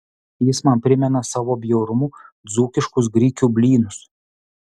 jis man primena savo bjaurumu dzūkiškus grikių blynus